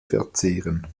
verzehren